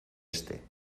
este